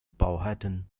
powhatan